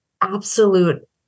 absolute